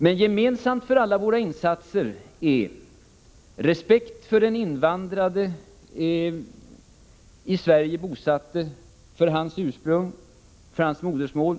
Det gemensamma för alla våra insatser är respekten för den invandrade, hans ursprung och hans modersmål.